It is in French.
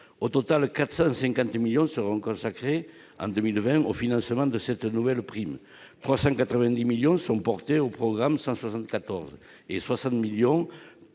Au total, 450 millions d'euros seront consacrés en 2020 au financement de cette nouvelle prime : 390 millions d'euros sont portés par le programme 174 et 60 millions